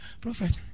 Prophet